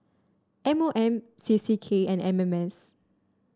M O M C C K and M M S